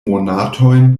monatojn